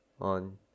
on